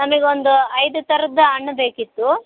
ನಮಗೊಂದು ಐದು ಥರದ್ದು ಹಣ್ ಬೇಕಿತ್ತು